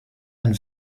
and